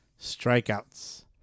strikeouts